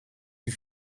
die